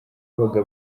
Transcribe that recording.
babaga